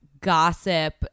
gossip